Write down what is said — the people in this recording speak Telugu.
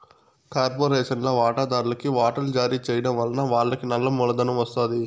కార్పొరేషన్ల వాటాదార్లుకి వాటలు జారీ చేయడం వలన వాళ్లకి నల్ల మూలధనం ఒస్తాది